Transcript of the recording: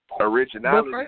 Originality